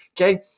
Okay